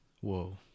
Whoa